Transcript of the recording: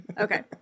Okay